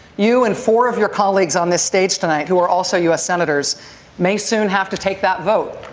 you and four of your colleagues on this stage tonight who are also u s. senators may soon have to take that vote.